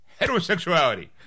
heterosexuality